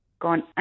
gone